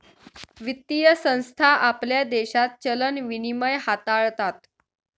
वित्तीय संस्था आपल्या देशात चलन विनिमय हाताळतात